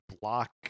block